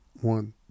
one